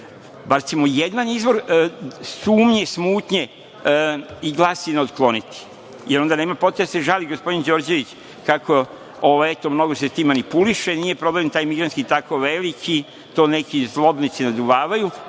Bar ćemo jedan izvor sumnje i smutnje i glasina otkloniti. I, onda nema potrebe da se žali gospodin Đorđević kako se time manipuliše. Nije problem taj migrantski tako veliki. To neki zlobnici naduvavaju.